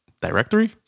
Directory